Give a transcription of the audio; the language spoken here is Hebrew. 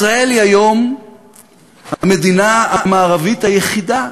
ישראל היא היום המדינה המערבית היחידה